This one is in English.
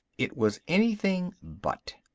it was anything but.